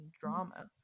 drama